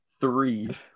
Three